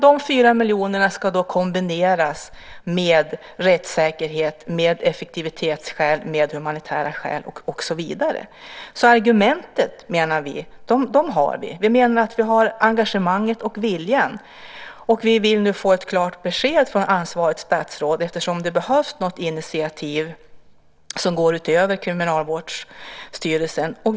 De 4 miljonerna ska kombineras med rättssäkerhet, effektivitetsskäl, humanitära skäl och så vidare. Argumenten har vi. Vi har också engagemanget och viljan. Vi vill nu få ett klart besked från ansvarigt statsråd, eftersom det behövs något initiativ som går utöver Kriminalvårdsstyrelsen.